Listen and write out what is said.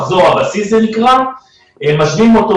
זה נקרא המחזור הרציף,